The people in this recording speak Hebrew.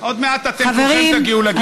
עוד מעט אתם כולכם תגיעו לגיל הזה, זה בסדר.